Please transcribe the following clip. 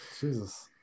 jesus